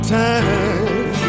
time